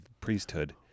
priesthood